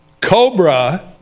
Cobra